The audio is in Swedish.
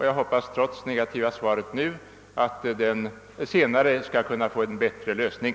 Jag hoppas trots det negativa svaret i dag att den senare skall kunna få en bättre lösning.